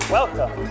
Welcome